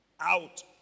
out